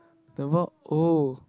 the what oh